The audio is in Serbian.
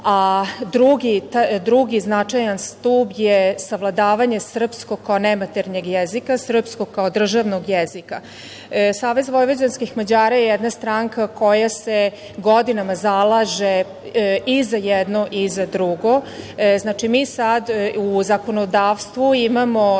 a drugi značajan stub je savladavanje srpskog kao nematernjeg jezika, srpskog kao državnog jezika. Savez vojvođanskih Mađara je jedna stranka koja se godinama zalaže i za jedno i za drugo. Mi sada u zakonodavstvu imamo